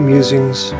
Musings